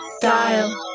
dial